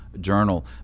Journal